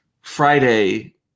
Friday